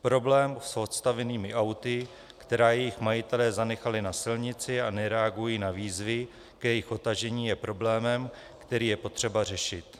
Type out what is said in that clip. Problém s odstavenými auty, která jejich majitelé zanechali na silnici a nereagují na výzvy k jejich odtažení, je problémem, který je potřeba řešit.